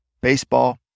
baseball